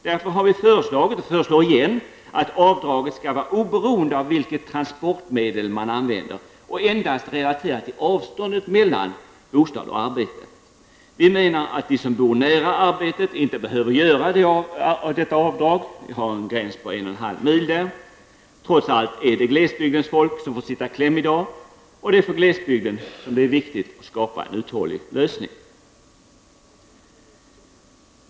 Därför har vi föreslagit och föreslår igen att avdraget skall vara oberoende av vilket transportmedel man använder och endast relateras till avståndet mellan bostad och arbete. Vi menar att de som bor nära arbetet inte behöver göra detta avdrag. Vi har en gräns vid en och en halv mil. Trots allt är det glesbygdens folk som får sitta i kläm i dag, och det är viktigt att skapa en uthållig lösning för glesbygden.